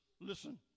listen